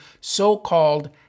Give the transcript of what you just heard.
so-called